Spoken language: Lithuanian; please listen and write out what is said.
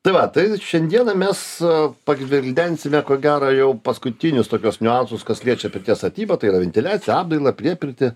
tai vat tai šiandieną mes pagvildensime ko gero jau paskutinius tokius niuansus kas liečia pirties statybą tai yra ventiliaciją apdailą priepirtį